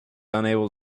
unable